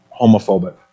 homophobic